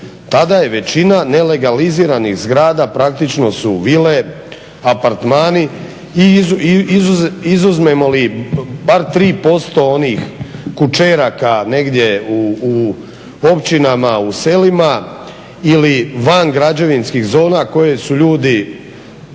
tada je većina nelegaliziranih zgrada praktično su vile, apartmani i izuzmemo li bar 3% onih kućeraka negdje u općinama, u selima ili van građevinskih zona koje su ljudi